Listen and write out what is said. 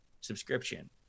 subscription